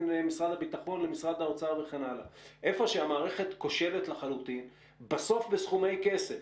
משרד הביטחון למשרד האוצר וכן הלאה - בסוף מדובר בסכומי כסף